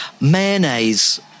Mayonnaise